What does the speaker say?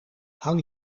hang